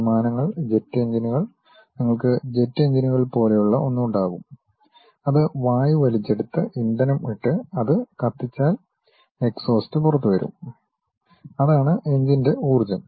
വിമാനങ്ങൾ ജെറ്റ് എഞ്ചിനുകൾ നിങ്ങൾക്ക് ജെറ്റ് എഞ്ചിനുകൾ പോലെയുള്ള ഒന്ന് ഉണ്ടാകും അത് വായു വലിച്ചെടുത്ത് ഇന്ധനം ഇട്ട് അത് കത്തിച്ചാൽ എക്സ്ഹോസ്റ്റ് പുറത്തുവരുംഅതാണ് എഞ്ചിന്റെ ഊർജ്ജം